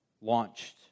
launched